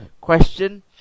question